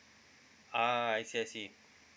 ah I see I see